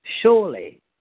Surely